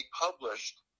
published